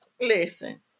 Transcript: listen